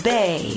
Bay